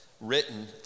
written